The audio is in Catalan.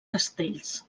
castells